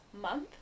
month